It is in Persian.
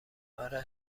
اره